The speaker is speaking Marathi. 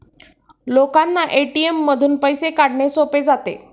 लोकांना ए.टी.एम मधून पैसे काढणे सोपे जाते